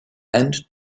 and